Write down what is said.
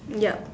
yup